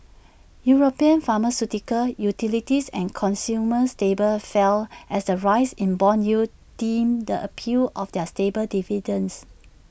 european pharmaceuticals utilities and consumer staples fell as the rise in Bond yields dimmed the appeal of their stable dividends